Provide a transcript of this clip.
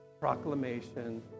proclamation